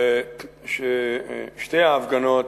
ששתי ההפגנות,